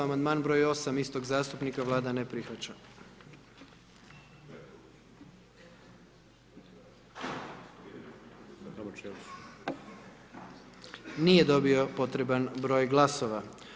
Amandman 8., istog zastupnika, Vlada ne prihvaća, nije dobio potreban broj glasova.